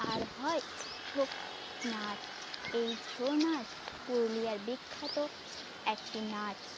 আর হয় ছৌ নাচ এই ছৌ নাচ পুরুলিয়ার বিখ্যাত একটি নাচ